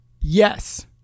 Yes